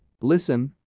listen